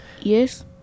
Yes